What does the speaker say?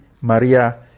Maria